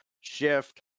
Shift